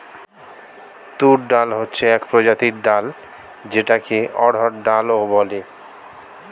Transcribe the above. তুর ডাল হচ্ছে এক প্রজাতির ডাল যেটাকে অড়হর ডাল ও বলে